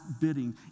bidding